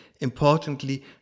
importantly